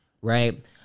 right